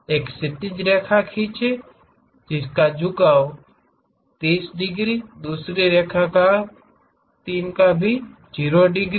एक क्षैतिज रेखा खींचना एक झुकाव रेखा 30 डिग्री दूसरी रेखा रेखा 3 भी 0 डिग्री